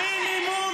--- המינימום.